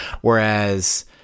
Whereas